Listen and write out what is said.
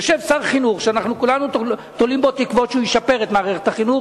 יושב כאן שר חינוך שכולנו תולים בו תקוות שהוא ישפר את מערכת החינוך,